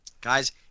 guys